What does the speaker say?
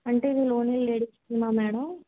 అంటే ఇది only ladies scheme madam